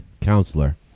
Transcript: counselor